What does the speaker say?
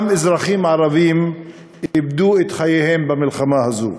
אזרחים ערבים איבדו את חייהם במלחמה הזאת.